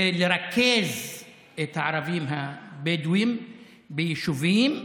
זה לרכז את הערבים הבדואים ביישובים,